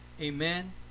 Amen